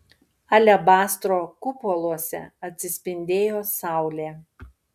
alebastro kupoluose atsispindėjo saulė